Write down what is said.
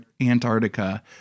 antarctica